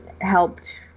helped